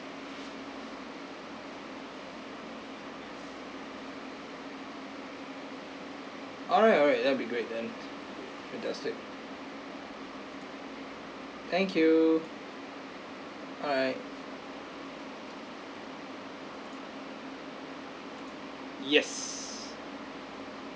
alright alright that'll be great then fantastic thank you alright yes